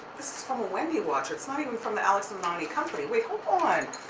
this is from a wendy watcher, it's not even from the alex and ani company. wait, hold on!